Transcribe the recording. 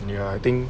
and ya I think